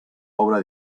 obra